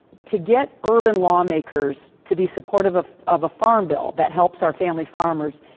to get urban lawmakers to be supportive of of a farm bill that helps our family farmers.